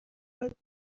باید